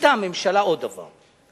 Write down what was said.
הממשלה החליטה עוד דבר: